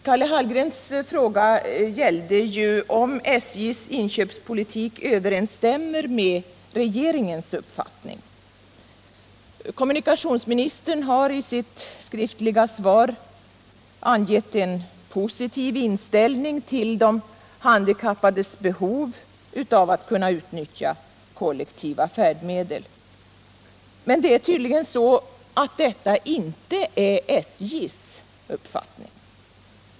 Karl Hallgrens fråga gällde om SJ:s inköpspolitik överensstämmer med regeringens uppfattning. Kommunikationsministern har i sitt skriftliga svar angett en positiv inställning till de handikappades behov av att kunna utnyttja kollektiva färdmedel. Men detta är tydligen inte SJ:s uppfattning.